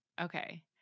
okay